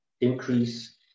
increase